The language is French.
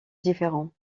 différents